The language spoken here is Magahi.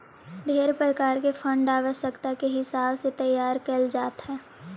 ढेर प्रकार के फंड आवश्यकता के हिसाब से तैयार कैल जात हई